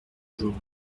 jour